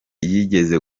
yigeze